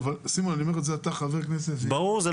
זה לא יקרה מחר בבוקר.